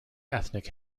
ethnic